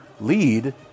lead